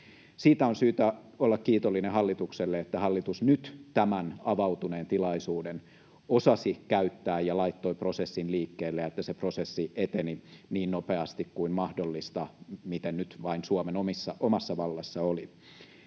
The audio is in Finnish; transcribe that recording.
Siitä on syytä olla kiitollinen hallitukselle, että hallitus nyt tämän avautuneen tilaisuuden osasi käyttää ja laittoi prosessin liikkeelle ja että se prosessi eteni niin nopeasti kuin mahdollista, miten nyt vain Suomen omassa vallassa oli.